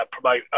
promote